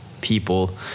people